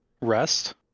rest